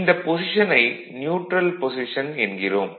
இந்தப் பொஷிசனை neutral position என்கிறோம்